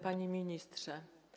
Panie Ministrze!